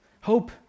hope